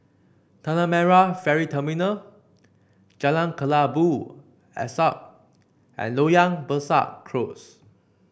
Tanah Merah Ferry Terminal Jalan Kelabu Asap and Loyang Besar Close